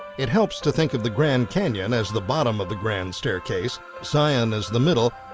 it helps to think of the grand canyon as the bottom of the grand staircase, zion as the middle,